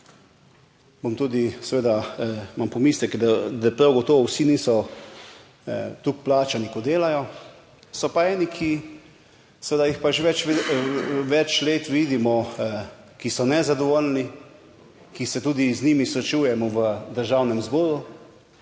bom tudi, seveda, imam pomisleke, da prav gotovo vsi niso toliko plačani kot delajo, so pa eni, ki seveda jih pa že več let vidimo, ki so nezadovoljni, ki se tudi z njimi srečujemo v Državnem zboru,